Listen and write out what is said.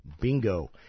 Bingo